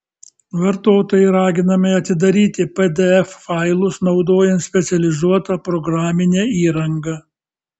vartotojai raginami atidaryti pdf failus naudojant specializuotą programinę įrangą